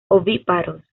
ovíparos